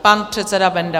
Pan předseda Benda.